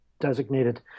designated